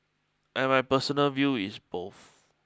and my personal view is both